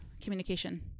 communication